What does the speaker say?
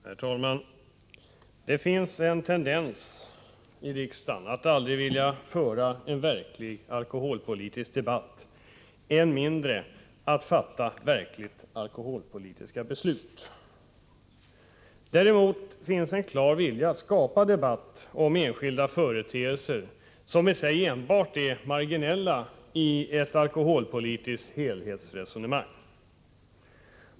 Herr talman! Det finns en tendens i riksdagen att aldrig vilja föra en verklig alkoholpolitisk debatt, än mindre att fatta verkligt alkoholpolitiska beslut. Däremot finns en klar vilja att skapa debatt om enskilda företeelser som i sig enbart är marginella i ett alkoholpolitiskt helhetsresonemang.